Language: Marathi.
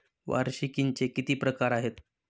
वार्षिकींचे किती प्रकार आहेत?